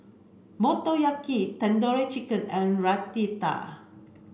Motoyaki Tandoori Chicken and Raita